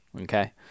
okay